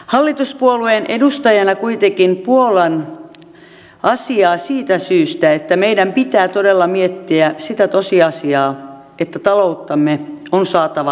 hallituspuolueen edustajana kuitenkin puollan asiaa siitä syystä että meidän pitää todella miettiä sitä tosiasiaa että talouttamme on saatava nostettua